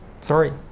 Sorry